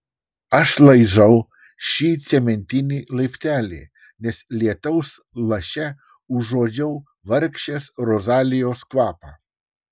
aš laižau šį cementinį laiptelį nes lietaus laše užuodžiau vargšės rozalijos kvapą